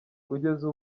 kugeza